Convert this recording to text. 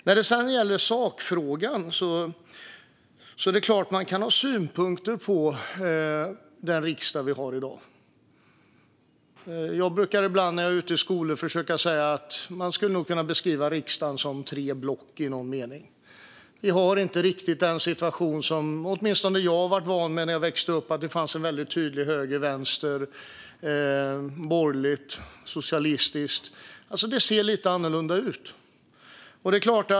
När det sedan gäller sakfrågan är det klart att man kan ha synpunkter på den riksdag vi har i dag. Jag brukar ibland när jag är ute i skolor beskriva det som att det i någon mening finns tre block i riksdagen. Vi har inte längre riktigt den situation som åtminstone jag varit van vid sedan jag växte upp, där det är tydligt vad som är höger och vänster och vad som är borgerligt och socialistiskt. Det ser lite annorlunda ut.